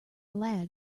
lag